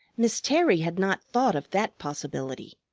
miss terry had not thought of that possibility.